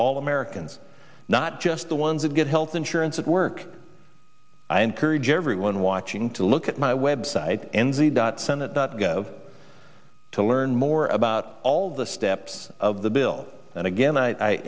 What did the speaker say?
all americans not just the ones that get health insurance at work i encourage everyone watching to look at my website and the dot senate go to learn more about all the steps of the bill and again i